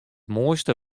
moaiste